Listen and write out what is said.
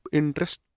interest